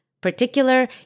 Particular